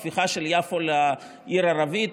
הפיכה של יפו לעיר ערבית.